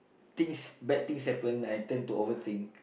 things bad things happen I tend to overthink